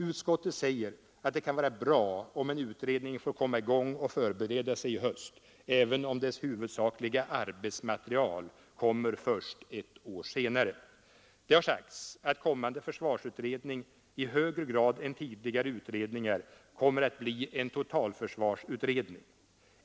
Utskottet säger att det kan vara bra om en utredning får komma i gång och förbereda sig i höst, även om dess huvudsakliga arbetsmaterial kommer först ett år senare. Det har sagts att kommande försvarsutredning i högre grad än tidigare utredningar kommer att bli en totalförsvarsutredning.